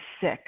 sick